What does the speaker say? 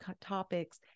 topics